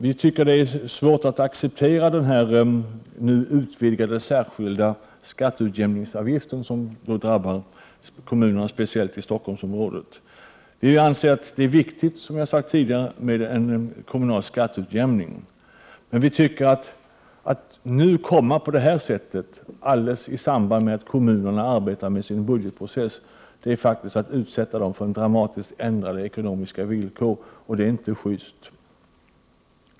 Vi tycker att det är svårt att acceptera den nu utvidgade särskilda skatteutjämningsavgiften, som speciellt drabbar kommunerna i Stockholmsområdet. Vi anser, som jag har sagt tidigare, att det är viktigt med en 151 arbetar med sin budgetprocess komma med den här formen av skatteutjämning anser vi är att utsätta kommunerna för dramatiskt ändrade ekonomiska villkor. Det är inte schyst.